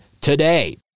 today